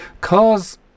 Cars